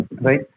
Right